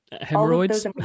Hemorrhoids